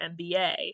MBA